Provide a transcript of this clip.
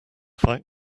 fight